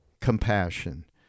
compassion